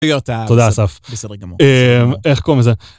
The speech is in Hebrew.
תודה אסף, - בסדר גמור - איך קוראים לזה?